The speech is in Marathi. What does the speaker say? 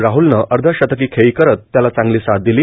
राहलनं अर्ध शतकी खेळी करत त्याला चांगली साथ दिली